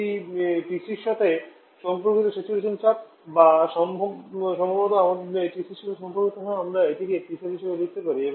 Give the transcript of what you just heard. এটি PCর সাথে সম্পর্কিত স্যাচুরেশন চাপ বা সম্ভবত আপনার টিসির সাথে সম্পর্কিত হয়ে আমরা এটিকে Psat হিসাবে লিখতে পারি